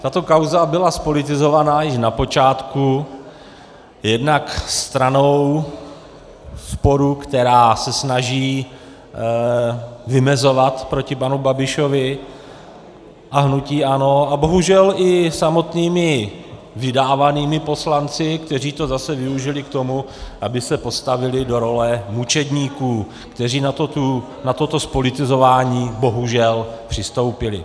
Tato kauza byla zpolitizovaná již na počátku jednak stranou sporu, která se snaží vymezovat proti panu Babišovi a hnutí ANO, a bohužel i samotnými vydávanými poslanci, kteří to zase využili k tomu, aby se postavili do role mučedníků, kteří na toto zpolitizování bohužel přistoupili.